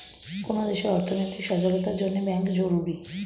কোন দেশের অর্থনৈতিক সচলতার জন্যে ব্যাঙ্ক জরুরি